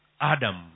Adam